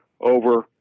over